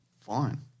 Fine